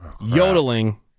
Yodeling